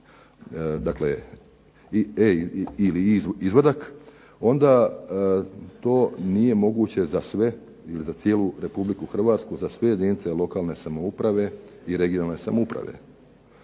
izvaditi e-izvadak onda to nije moguće za sve ili za cijelu Republiku Hrvatsku, za sve jedinice lokalne samouprave i regionalne samouprave.